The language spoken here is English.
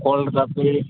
cold coffee